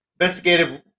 investigative